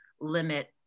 limit